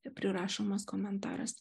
ir prirašomas komentaras